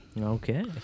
Okay